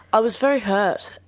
i was very hurt.